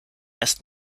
erst